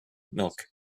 milk